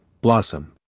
Blossom